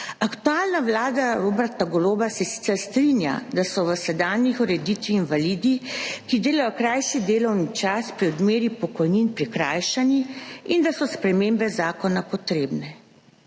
Aktualna vlada Roberta Goloba se sicer strinja, da so v sedanji ureditvi invalidi, ki delajo krajši delovni čas, pri odmeri pokojnin prikrajšani in da so spremembe zakona potrebne.